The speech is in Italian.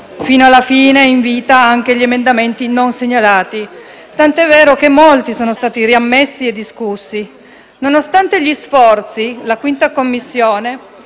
fino alla fine in vita anche gli emendamenti non segnalati, tant'è vero che molti sono stati riammessi e discussi. Nonostante gli sforzi, la 5a Commissione